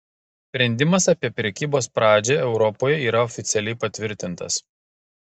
sprendimas apie prekybos pradžią europoje yra oficialiai patvirtintas